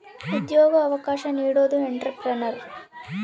ಉದ್ಯೋಗ ಅವಕಾಶ ನೀಡೋದು ಎಂಟ್ರೆಪ್ರನರ್